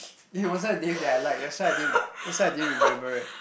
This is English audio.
aye it wasn't a name that I like that's why I didn't that's why I didn't remember it